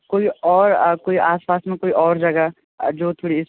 कोई और कोई आसपास में कोई और जगह जोधपुर इस